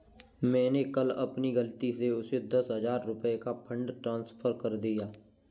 मैंने कल अपनी गलती से उसे दस हजार रुपया का फ़ंड ट्रांस्फर कर दिया